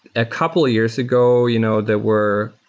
a couple of years ago, you know there were